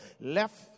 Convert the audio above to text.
left